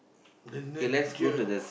then then be care